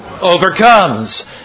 Overcomes